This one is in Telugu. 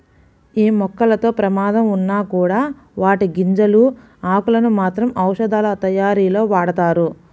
యీ మొక్కలతో ప్రమాదం ఉన్నా కూడా వాటి గింజలు, ఆకులను మాత్రం ఔషధాలతయారీలో వాడతారు